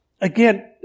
again